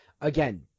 again